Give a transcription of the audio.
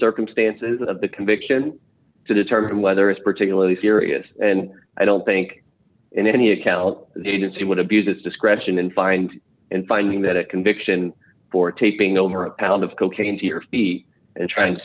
circumstances of the conviction to determine whether it's particularly serious and i don't think in any account the agency would have used its discretion in find and finding that a conviction for taping over a pound of cocaine to your feet and trying to